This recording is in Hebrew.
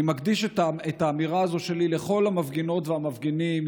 אני מקדיש את האמירה הזאת שלי לכל המפגינות והמפגינים,